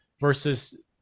versus